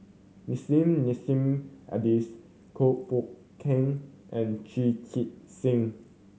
Nissim Nassim Adis Kuo Pao Kun and Chu Chee Seng